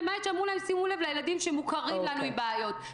למעט שאמרו להם שימו לב לילדים שמוכרים לנו עם בעיות.